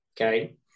okay